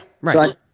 right